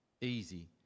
Easy